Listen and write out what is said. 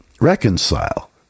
reconcile